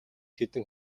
хэдэн